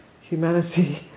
humanity